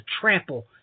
trample